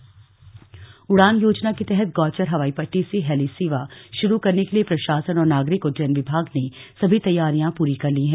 उड़ान योजना उड़ान योजना के तहत गौचर हवाई पट्टी से हेली सेवा शुरू करने के लिए प्रशासन और नागरिक उड्डयन विभाग ने सभी तैयारियां पूरी कर ली हैं